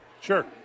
Sure